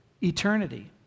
eternity